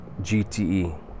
GTE